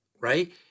Right